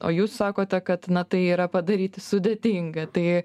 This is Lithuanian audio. o jūs sakote kad na tai yra padaryti sudėtinga tai